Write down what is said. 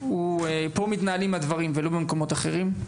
פה מתנהלים הדברים ולא במקומות אחרים.